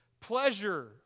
pleasure